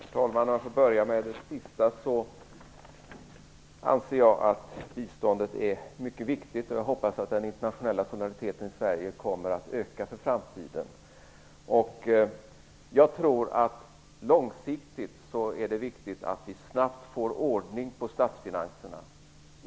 Herr talman! Om jag får börja med det sista så anser jag att biståndet är mycket viktigt, och jag hoppas att den internationella solidariteten i Sverige kommer att öka i framtiden. Jag tror att det långsiktigt är viktigt att vi snabbt får ordning på statsfinanserna.